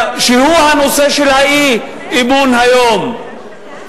שהוא הנושא של האי-אמון היום,